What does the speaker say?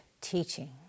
Teaching